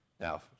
Now